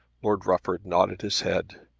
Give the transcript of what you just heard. lord rufford nodded his head.